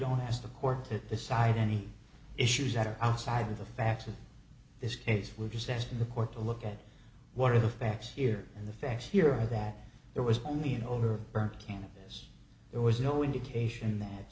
don't ask the court to decide any issues that are outside of the facts of this case we're just asking the court to look at what are the facts here and the facts here are that there was only you know burnt cannabis there was no indication that